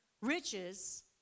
riches